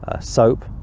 soap